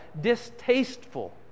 distasteful